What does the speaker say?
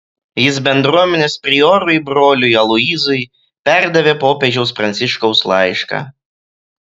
jis bendruomenės priorui broliui aloyzui perdavė popiežiaus pranciškaus laišką